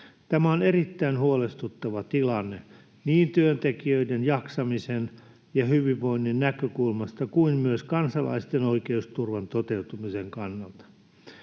Tämä on erittäin huolestuttava tilanne niin työntekijöiden jaksamisen ja hyvinvoinnin näkökulmasta kuin myös kansalaisten oikeusturvan toteutumisen kannalta.